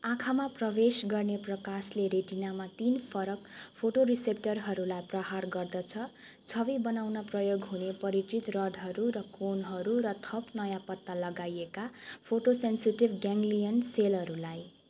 आँखामा प्रवेश गर्ने प्रकाशले रेटिनामा तिन फरक फोटोरिसेप्टरहरूलाई प्रहार गर्दछ छवि बनाउन प्रयोग हुने परिचित रडहरू र कोनहरू र थप नयाँ पत्ता लगाइएका फोटो सेन्सिटिभ गेङ्गलियन सेलहरूलाई